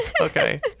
Okay